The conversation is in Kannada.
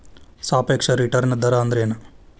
ಸಾಪೇಕ್ಷ ರಿಟರ್ನ್ ದರ ಅಂದ್ರೆನ್